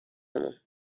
مون